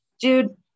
Dude